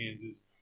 Kansas